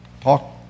Talk